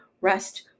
rest